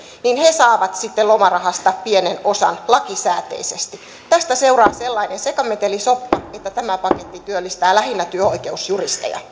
saavat sitten lomarahasta pienen osan lakisääteisesti tästä seuraa sellainen sekametelisoppa että tämä paketti työllistää lähinnä työoikeusjuristeja